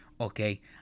Okay